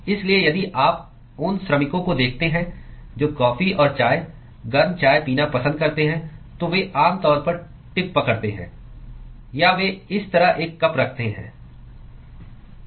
इसलिए यदि आप उन श्रमिकों को देखते हैं जो कॉफी और चाय गर्म चाय पीना पसंद करते हैं तो वे आमतौर पर टिप पकड़ते हैं या वे इस तरह एक कप रखते हैं